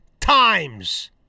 times